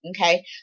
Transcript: Okay